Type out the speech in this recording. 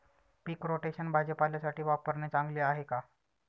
पीक rotation भाजीपाल्यासाठी वापरणे चांगले आहे का?